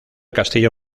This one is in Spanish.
castillo